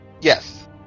Yes